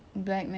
ya